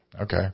Okay